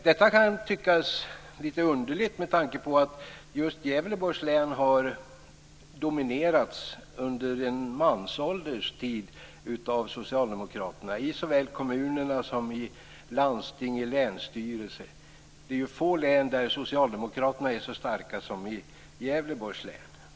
Detta kan tyckas litet underligt, med tanke på att just Gävleborgs län under en mansålder har dominerats av Socialdemokraterna i såväl kommuner som landsting och länsstyrelser. Det är få län där Socialdemokraterna är så starka som i Gävleborgs län.